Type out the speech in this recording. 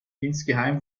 insgeheim